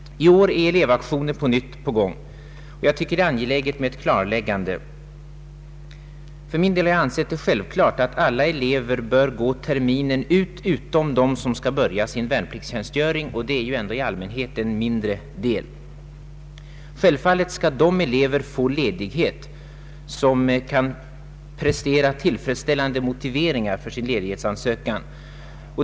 I år är elevaktioner ånyo på gång, och jag tycker att det är angeläget med ett klarläggande. För min del har jag ansett det självklart att alla elever bör gå terminen ut, med undantag av dem som skall börja sin värnpliktstjänstgöring, och det är ju i allmänhet en mindre del. Självfallet skall de elever få ledighet som kan prestera tillfredsställande motiveringar för sin ledighetsansökan.